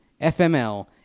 FML